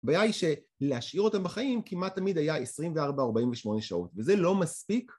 בעיה ש... להשאיר אותם בחיים כמעט תמיד היה 24-48 שעות, וזה לא מספיק.